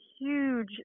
huge